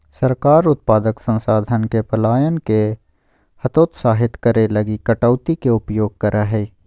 सरकार उत्पादक संसाधन के पलायन के हतोत्साहित करे लगी कटौती के उपयोग करा हइ